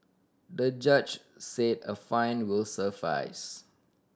the judge said a fine will suffice